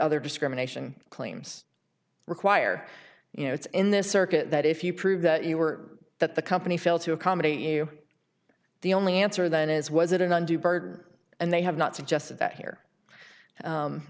other discrimination claims require you know it's in this circuit that if you prove that you were that the company failed to accommodate you the only answer then is was it an undue burden and they have not suggested that here